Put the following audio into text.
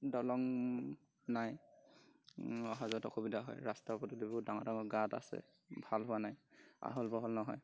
দলং নাই অহা যোৱাত অসুবিধা হয় ৰাস্তা পদূলিবোৰ ডাঙৰ ডাঙৰ গাট আছে ভাল হোৱা নাই আহল বহল নহয়